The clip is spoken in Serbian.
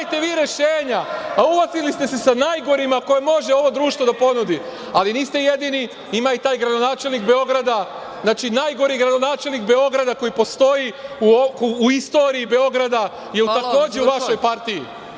Dajte vi rešenja. Pa, uhvatili ste se sa najgorima koje može ovo društvo da ponudi, ali niste jedini, ima i taj gradonačelnik Beograda, znači, najgori načelnik Beograda koji postoji u istoriji Beograda je takođe u vašoj partiji.